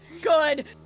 Good